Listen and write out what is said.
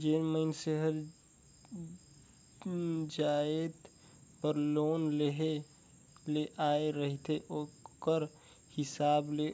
जेन मइनसे हर जेन जाएत बर लोन लेहे ले आए रहथे ओकरे हिसाब ले